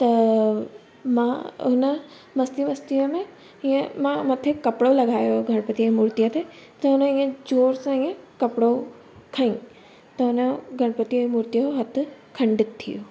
त मां हुन मस्ती मस्तीअ में हीअं मां मथे कपिड़ो लॻायो हुयो गनपति जे मुर्तीअ ते त हुन हीअं जोर सां हीअं कपिड़ो खयईं त हुनजो गनपतिअ जो मुर्तीअ जो हथु खंडित थी वियो